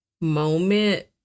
moment